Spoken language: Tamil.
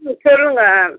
ம் சொல்லுங்கள்